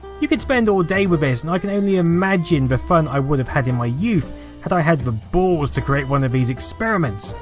you could spend all day with this, and i can only imagine the fun i would have had in my youth had i had the balls to create one of these experiments,